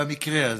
במקרה הזה?